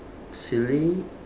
silly